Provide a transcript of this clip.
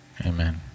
Amen